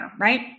Right